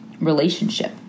relationship